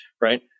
right